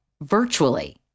virtually